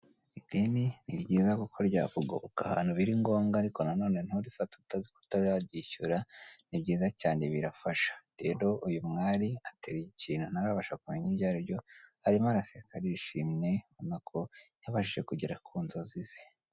Ideni ni ryiza kuko ryakugoka ahantu biri ngombwa, ariko nanone nturifate utazi ko utazaryishyura, ni byiza cyane birafasha. Rero uyu mwari ateruye ikintu ntarabasha kumenya ibyo ari byo, arimo araseka arishimye, urabona ko yabashije kugera ku nzozi ze.